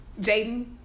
Jaden